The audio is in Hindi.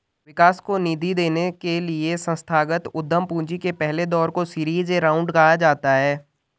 विकास को निधि देने के लिए संस्थागत उद्यम पूंजी के पहले दौर को सीरीज ए राउंड कहा जाता है